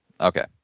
okay